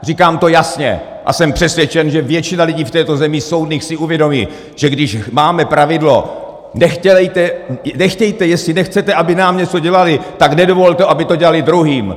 Říkám to jasně a jsem přesvědčen, že většina lidí v této zemi, soudných, si uvědomí, že když máme pravidlo nechtějte, jestli nechcete, aby nám něco dělali, tak nedovolte, aby to dělali druhým!